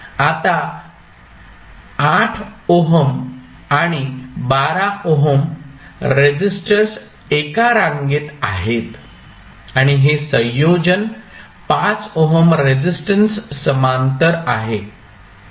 आता 8 ओहम आणि 12 ohm resistors एका रांगेत आहेत आणि हे संयोजन 5 ओहम रेझिस्टन्स समांतर आहे